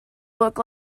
look